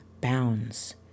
bounds